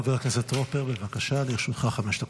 חבר הכנסת טרופר, בבקשה, לרשותך חמש דקות.